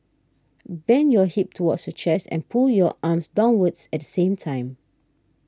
bend your hip towards your chest and pull your arms downwards at the same time